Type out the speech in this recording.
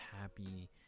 happy